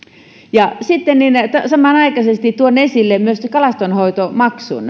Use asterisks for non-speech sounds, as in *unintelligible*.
sitten samanaikaisesti tuon esille myöskin kalastonhoitomaksun *unintelligible*